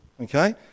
okay